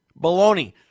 Baloney